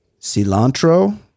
cilantro